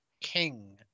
King